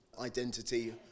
identity